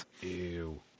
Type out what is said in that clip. Ew